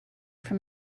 from